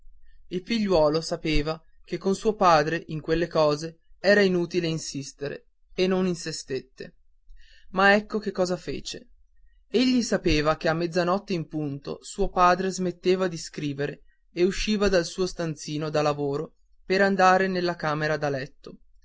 il figliuolo sapeva che con suo padre in quelle cose era inutile insistere e non insistette ma ecco che cosa fece egli sapeva che a mezzanotte in punto suo padre smetteva di scrivere e usciva dal suo stanzino da lavoro per andare nella camera da letto